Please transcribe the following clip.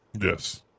Yes